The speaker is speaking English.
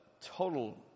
total